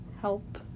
help